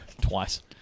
twice